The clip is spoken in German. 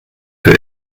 für